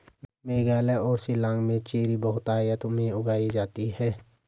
मेघालय और शिलांग में चेरी बहुतायत में उगाई जाती है